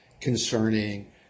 concerning